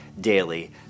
daily